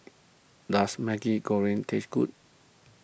does Maggi Goreng taste good